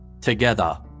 Together